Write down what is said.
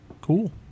Cool